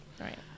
Right